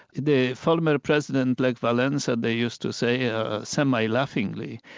the former president, lech walesa, they used to say yeah semi-laughingly,